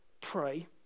pray